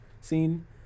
scene